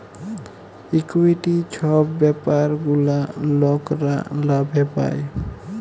equity ছব ব্যাপার গুলা লকরা লাভে পায়